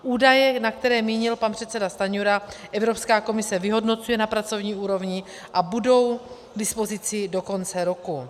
Údaje, které mínil pan předseda Stanjura, Evropská komise vyhodnocuje na pracovní úrovni a budou k dispozici do konce roku.